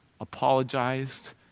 apologized